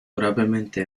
gravemente